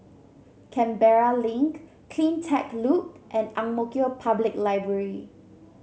Canberra Link CleanTech Loop and Ang Mo Kio Public Library